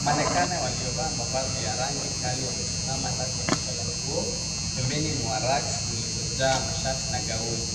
Manekane waliovaa mavazi ya rangi kal wamesimama ndani ya duka la nguo pembeni mwa racks zilizojaa mashati na gauni.